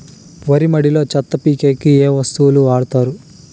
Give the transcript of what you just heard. వరి మడిలో చెత్త పీకేకి ఏ వస్తువులు వాడుతారు?